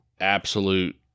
Absolute